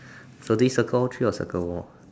so this circle three or circle more